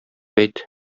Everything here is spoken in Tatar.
әйт